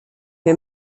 wir